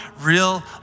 real